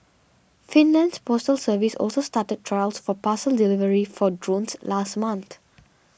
Finland's postal service also started trials for parcel delivery for drones last month